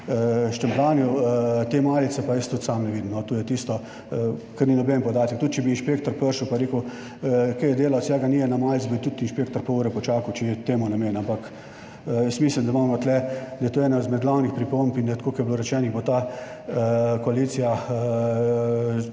štempljanju te malice pa jaz tudi sam ne vidim. To je tisto, kar ni noben podatek. Tudi, če bi inšpektor prišel pa rekel, kje je delavec, ja, ga ni, je na malici, bi tudi inšpektor pol ure počakal, če je temu namenjen, ampak jaz mislim, da imamo tu, da je to ena izmed glavnih pripomb in da, tako kot je bilo rečeno, bo ta koalicija